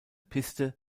piste